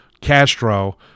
Castro